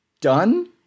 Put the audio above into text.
done